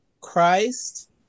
Christ